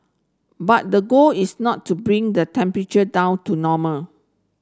but the goal is not to bring the temperature down to normal